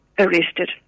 Arrested